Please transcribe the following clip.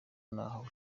n’aho